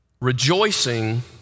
rejoicing